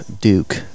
Duke